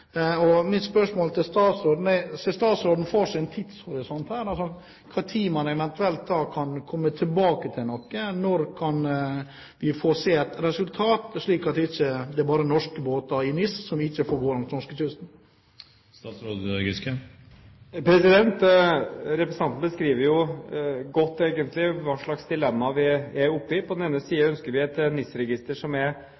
NIS/NOR. Mitt spørsmål til statsråden er: Ser statsråden for seg en tidshorisont her? Når kan man eventuelt komme tilbake til noe, når kan vi få se et resultat, slik at det ikke bare er norske båter i NIS som ikke får gå langs norskekysten? Representanten beskriver egentlig godt hvilket dilemma vi er oppe i. På